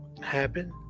happen